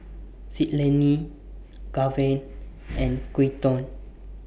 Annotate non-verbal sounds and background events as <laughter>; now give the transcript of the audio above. <noise> Citlali Gaven <noise> and Quinton